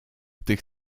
tych